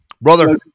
Brother